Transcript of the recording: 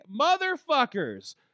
motherfuckers